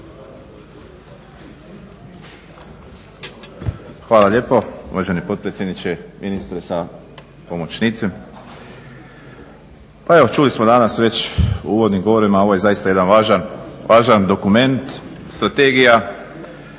Hvala lijepo. Uvaženi potpredsjedniče, ministre sa pomoćnicima. Pa evo čuli smo danas već u uvodnim govorima, ovo je važan dokument strategija